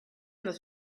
that